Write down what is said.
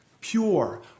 pure